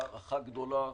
בהערכה רבה,